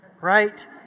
right